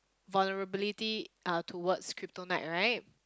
vulnerability uh towards kryptonite right